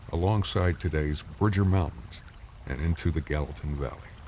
alongside today's bridger mountains and into the gallatin valley.